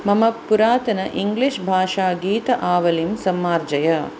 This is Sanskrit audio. मम पुरातन इङ्ग्लिश् भाषागीत आवलिं सम्मार्जय